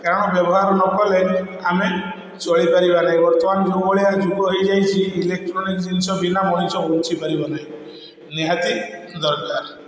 କାରଣ ବ୍ୟବହାର ନକଲେ ଆମେ ଚଳିପାରିବା ନାହିଁ ବର୍ତ୍ତମାନ ଯେଉଁ ଭଳିଆ ଯୁଗ ହେଇଯାଇଛି ଇଲେକଟ୍ରୋନିକ ଜିନିଷ ବିନା ମଣିଷ ବଞ୍ଚିପାରିବ ନାହିଁ ନିହାତି ଦରକାର